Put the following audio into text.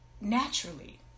naturally